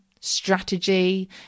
strategy